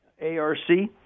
A-R-C